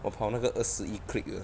我跑那个二十一 klick 的